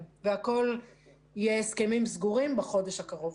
בחודש הקרוב יהיו הסכמים סגורים.